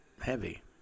heavy